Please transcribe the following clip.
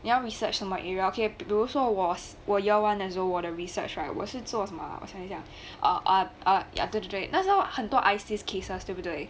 你要 research on my area okay 比如说我我 year one 的时候我的 research right 我是做什么我想一想 ah ah ah 对对对那时候很多 ISIS cases 对不对